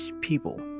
people